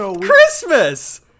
Christmas